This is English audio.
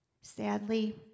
Sadly